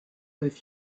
with